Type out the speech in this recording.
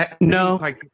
No